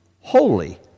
Holy